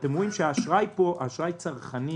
אתם רואים שאשראי צרכני